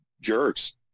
jerks